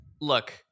look